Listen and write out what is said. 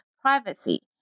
privacy